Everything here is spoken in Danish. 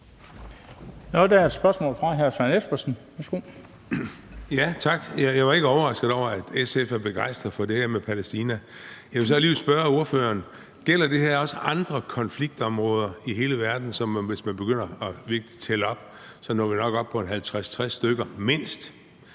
Jeg var ikke overrasket over, at SF er begejstret for det her med Palæstina. Jeg vil så alligevel spørge ordføreren, om det her også gælder andre konfliktområder i hele verden, som, hvis man begynder virkelig at tælle op nok, når op på mindst 50-60 stykker.